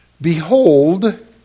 Behold